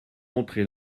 montré